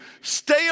Stay